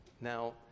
Now